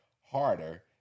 harder